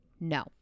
no